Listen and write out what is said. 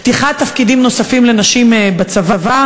פתיחת תפקידים נוספים לנשים בצבא.